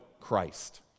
Christ